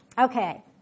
Okay